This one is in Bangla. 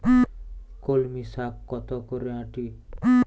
কলমি শাখ কত করে আঁটি?